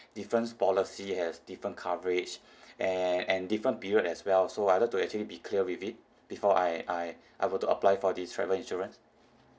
different policy has different coverage and and different period as well so I would like to actually be clear with it before I I I were to apply for this travel insurance